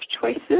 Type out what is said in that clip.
choices